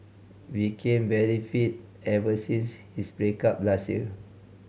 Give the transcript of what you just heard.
became very fit ever since his break up last year